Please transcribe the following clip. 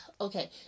okay